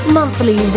monthly